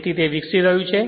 તેથી તે વિકસી રહ્યું છે